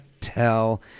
tell